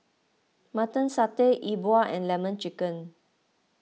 Mutton Satay E Bua and Lemon Chicken